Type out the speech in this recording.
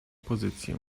pozycję